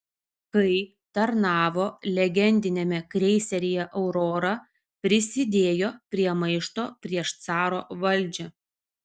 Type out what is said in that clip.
kai tarnavo legendiniame kreiseryje aurora prisidėjo prie maišto prieš caro valdžią